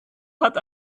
hat